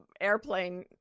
airplane